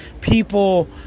People